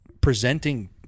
presenting